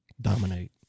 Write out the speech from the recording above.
dominate